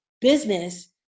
business